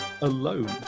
alone